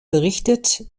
berichtet